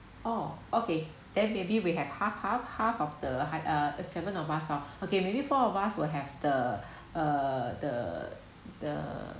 oh okay then maybe we have half half half of the hi~ uh seven of us of okay maybe four of us will have the uh the the